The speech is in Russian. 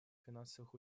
финансовых